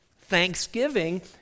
thanksgiving